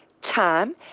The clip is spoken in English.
time